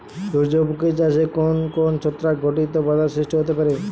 সূর্যমুখী চাষে কোন কোন ছত্রাক ঘটিত বাধা সৃষ্টি হতে পারে?